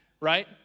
right